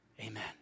Amen